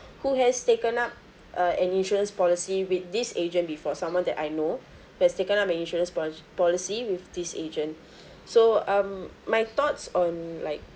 who has taken uh an insurance policy with this agent before someone that I know who has taken up an insurance poc~ policy with this agent so um my thoughts on like